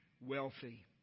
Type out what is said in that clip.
wealthy